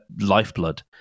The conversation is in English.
lifeblood